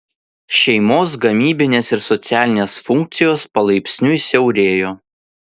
šeimos gamybinės ir socialinės funkcijos palaipsniui siaurėjo